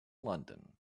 london